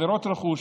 עבירות רכוש,